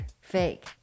Fake